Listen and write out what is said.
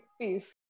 peace